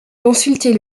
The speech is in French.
consulter